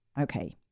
Okay